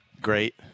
great